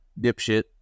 dipshit